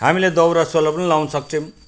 हामीले दौरा सुरुवाल पनि लगाउनसक्छौँ